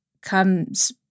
comes